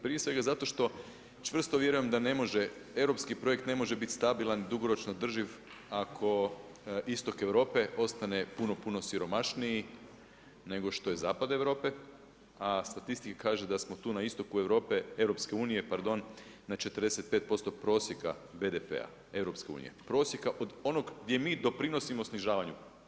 Prije svega zato što čvrsto vjerujem da ne može, europski projekt ne može bit stabilan, dugoročno održiv ako istok Europe ostane puno, puno siromašniji nego što je zapad Europe, a statistika kaže da smo tu na istoku Europe, Europske unije pardon na 45% prosjeka BDP-a Europske unije, prosjeka od onog gdje mi doprinosimo snižavanju.